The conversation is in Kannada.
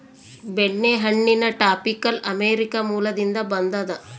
ಬೆಣ್ಣೆಹಣ್ಣಿನ ಟಾಪಿಕಲ್ ಅಮೇರಿಕ ಮೂಲದಿಂದ ಬಂದದ